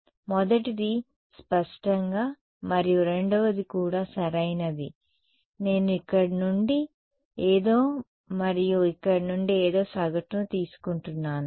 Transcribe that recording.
మొదటిది స్పష్టంగా మరియు రెండవది కూడా సరైనది నేను ఇక్కడ నుండి ఏదో మరియు ఇక్కడ నుండి ఏదో సగటును తీసుకుంటున్నాను